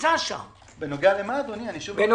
שנמצא שם בנוגע להפרטה.